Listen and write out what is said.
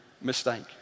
mistake